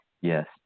Yes